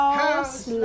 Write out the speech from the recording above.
house